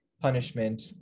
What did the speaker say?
punishment